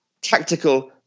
tactical